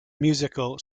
musical